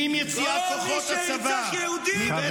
עם יציאת כוחות הצבא מבית החולים -- כל מי שירצח יהודים יקבל דם.